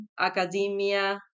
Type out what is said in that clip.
academia